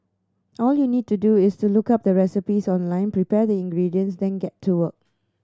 all you need to do is to look up the recipes online prepare the ingredients then get to work